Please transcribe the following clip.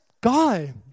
guy